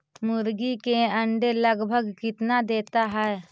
मुर्गी के अंडे लगभग कितना देता है?